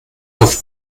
auf